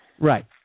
Right